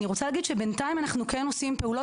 אני רוצה להגיד שבינתיים אנחנו כן עושים פעולות,